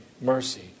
mercy